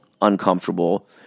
uncomfortable